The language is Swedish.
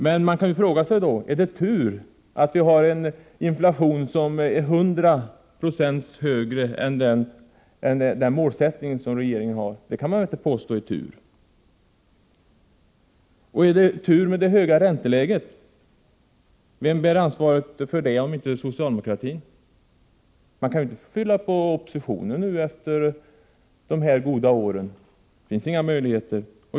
Men man kan då fråga sig: Är det tur att vi har en inflation som är 100 96 högre än den som regeringen har som mål? Det kan man väl inte påstå är tur. Är det höga ränteläget ett resultat av tur? Vem bär ansvaret för detta om inte socialdemokratin? Man kan ju inte efter de här goda åren skylla på oppositionen, det är omöjligt.